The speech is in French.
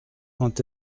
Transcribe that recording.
quand